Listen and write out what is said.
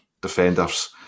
defenders